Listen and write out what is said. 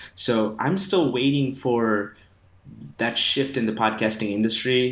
so i'm still waiting for that shift in the podcasting industry